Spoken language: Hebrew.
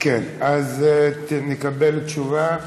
אז נקבל תשובה.